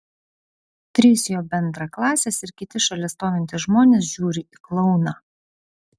trys jos bendraklasės ir kiti šalia stovintys žmonės žiūri į klouną